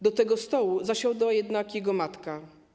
Do tego stołu zasiądzie jednak jego matka.